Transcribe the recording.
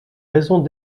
raisons